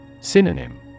Synonym